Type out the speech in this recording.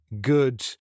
good